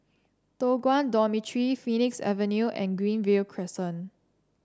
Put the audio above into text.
Toh Guan Dormitory Phoenix Avenue and Greenview Crescent